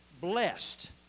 Blessed